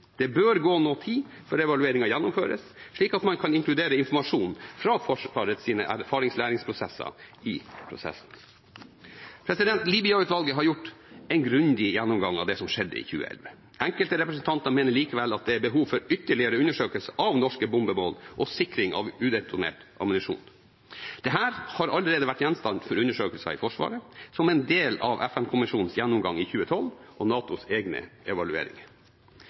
Det bør gå noe tid før evalueringen gjennomføres, slik at man kan inkludere informasjon fra Forsvarets erfaringslæringsprosesser i prosessen. Libya-utvalget har gjort en grundig gjennomgang av det som skjedde i 2011. Enkelte representanten mener likevel det er behov for ytterligere undersøkelser av norske bombemål og sikring av udetonert ammunisjon. Dette har allerede vært gjenstand for undersøkelser i Forsvaret, som en del av FN-kommisjonens gjennomgang i 2012 og NATOs egne evalueringer.